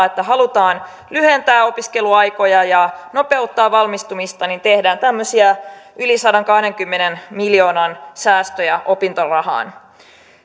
että halutaan lyhentää opiskeluaikoja ja nopeuttaa valmistumista tehdään tämmöisiä yli sadankahdenkymmenen miljoonan säästöjä opintorahaan